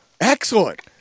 Excellent